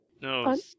No